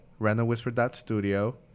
randomwhisper.studio